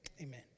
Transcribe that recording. Amen